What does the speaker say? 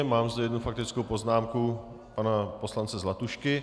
Mám zde jednu faktickou poznámku pana poslance Zlatušky.